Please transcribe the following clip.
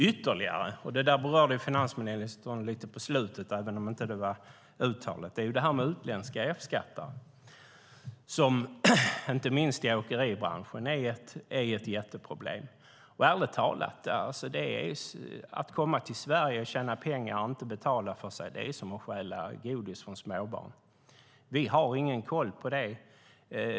Finansministern berörde lite på slutet, även om det inte var uttalat, utländska F-skatter. De är ett jätteproblem, inte minst i åkeribranschen. Ärligt talat: Att komma till Sverige, tjäna pengar och inte betala för sig är som att stjäla godis från småbarn. Vi har ingen koll på det.